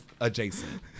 adjacent